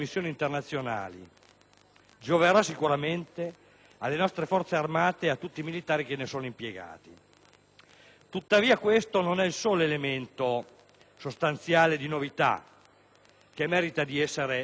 gioveranno sicuramente alle nostre Forze armate e a tutti i militari che vi sono impiegati. Tuttavia, questo non è il solo elemento sostanziale di novità che merita di essere esaminato,